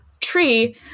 tree